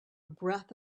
breath